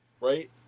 right